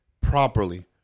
properly